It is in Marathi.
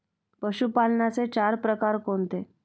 पशुपालनाचे चार प्रकार कोणते?